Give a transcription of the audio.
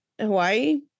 Hawaii